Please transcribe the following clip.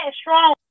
strong